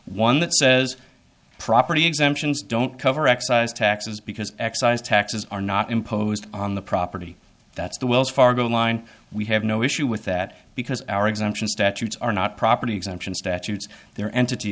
one that says property exemptions don't cover excise taxes because excise taxes are not imposed on the property that's the wells fargo line we have no issue with that because our exemption statutes are not property exemptions statutes there entity